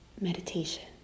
meditation